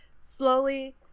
slowly